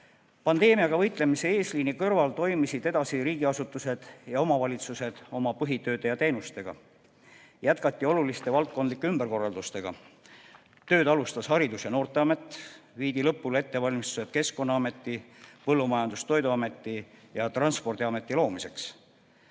bürood. Pandeemiaga võitlemise eesliinil olemise kõrval tegelesid riigiasutused ja omavalitsused ka oma põhitööde ja teenustega. Jätkati olulisi valdkondlikke ümberkorraldusi. Tööd alustas Haridus- ja Noorteamet, viidi lõpule ettevalmistused Keskkonnaameti, Põllumajandus- ja Toiduameti ja Transpordiameti loomiseks.